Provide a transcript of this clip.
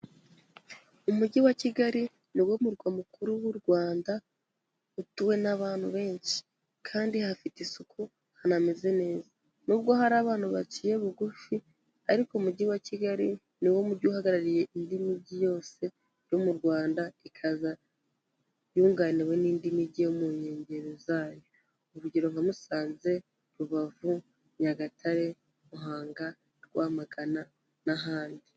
Umujyi wa kigali niwo murwa mukuru w'u Rwanda utuwe n'abantu benshi kandi hafite isuku hanameze neza, nubwo hari abana baciye bugufi ariko Umujyi wa Kigali ni wo mujyi uhagarariye indi mijyi yose yo mu Rwanda ikaza yunganiwe n'indi mijyi yo mu nkengero zayo urugero nka Musanze, Rubavu, Nyagatare, Muhanga, Rwamagana n'ahandi.